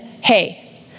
hey